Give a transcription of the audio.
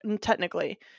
technically